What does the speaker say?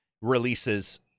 releases